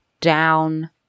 down